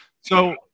So-